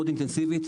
מאוד אינטנסיבית,